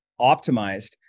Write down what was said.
optimized